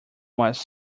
was